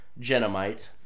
genomite